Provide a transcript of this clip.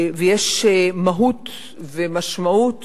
ויש מהות ומשמעות